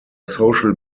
social